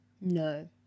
No